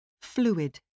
Fluid